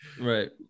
right